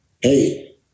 Hey